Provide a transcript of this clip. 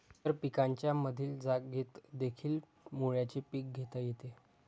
इतर पिकांच्या मधील जागेतदेखील मुळ्याचे पीक घेता येते